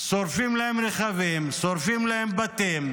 שורפים להם רכבים, שורפים להם בתים,